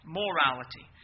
morality